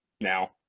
now